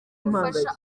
gufasha